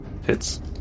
hits